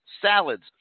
salads